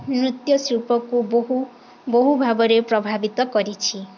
ନୃତ୍ୟଶିଳ୍ପକୁ ବହୁ ବହୁ ଭାବରେ ପ୍ରଭାବିତ କରିଛି